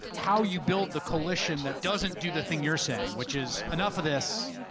how you build the coalition that doesn't do the thing you're saying, which is, enough of this,